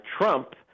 Trump